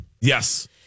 Yes